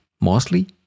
mostly